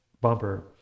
bumper